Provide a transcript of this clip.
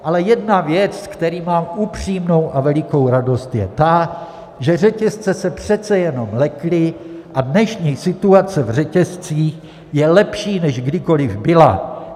Ale jedna věc, ze které mám upřímnou a velikou radost, je ta, že řetězce se přece jenom lekly a dnešní situace v řetězcích je lepší, než kdykoli byla.